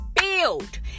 build